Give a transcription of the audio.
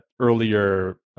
earlier